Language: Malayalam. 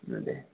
അതെ